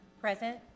Present